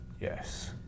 Yes